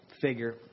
figure